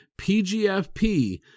PGFP